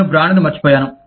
నేను బ్రాండ్ను మరచిపోయాను